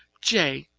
j.